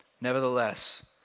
Nevertheless